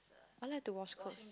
I like to wash clothes